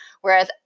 whereas